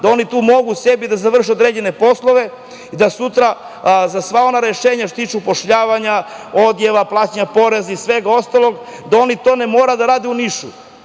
da oni tu mogu sebi da završe određene poslove i da sutra za sva ona rešenja što se tiče upošljavanja, odjava, plaćanja poreza i svega ostalog, da oni to ne moraju da rade u Nišu,